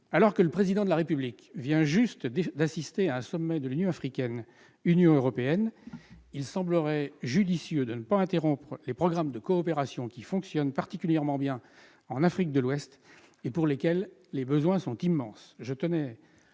Alors que le Président de la République vient d'assister à un sommet entre l'Union africaine et l'Union européenne, il semblerait judicieux de ne pas interrompre les programmes de coopération qui fonctionnent particulièrement bien en Afrique de l'Ouest et pour lesquels les besoins sont immenses.